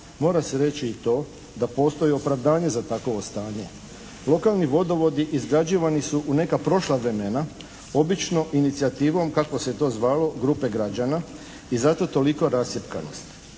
Mora se reći i to da postoji opravdanje za takovo stanje. Lokalni vodovi izgrađivani su u neka prošla vremena, obično inicijativom kako se to zvalo grupe građana i zato tolika rascjepkanost.